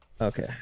Okay